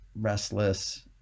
restless